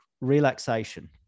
relaxation